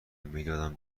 میدادم